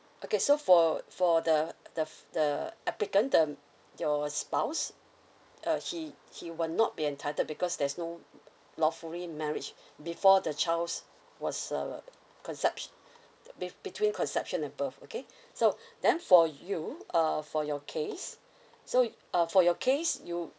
okay so for for the the f~ the applicant um your spouse uh he he will not be entitled because there's no lawfully marriage before the child's was uh concept~ be between conception and birth okay so then for you uh for your case so uh for your case you